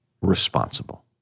responsible